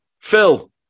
Phil